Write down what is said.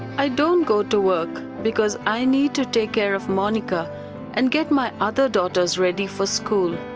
i don't go to work because i need to take care of monica and get my other daughters ready for school.